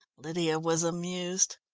lydia was amused.